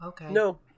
No